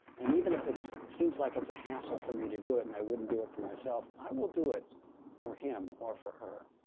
and even if it seems like it's a hassle for me to do it and i wouldn't do it for myself, i will do it for him or for her.